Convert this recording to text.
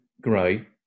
grey